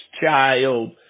child